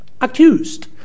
accused